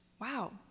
Wow